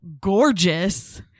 gorgeous